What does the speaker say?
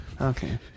Okay